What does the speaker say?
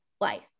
life